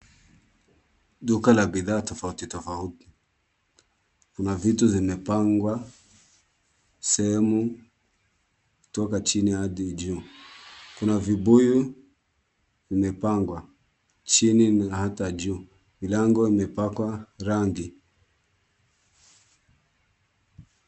Duka la bidhaa tofauti tofauti kuna vitu vimepangwa sehemu kutoka chini hadi juu, kuna vibuyu vimepangwa, chini na hata juu, milango imepakwa rangi.